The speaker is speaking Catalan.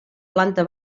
planta